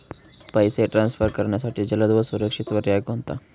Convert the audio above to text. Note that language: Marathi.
पैसे ट्रान्सफर करण्यासाठी जलद व सुरक्षित पर्याय कोणता?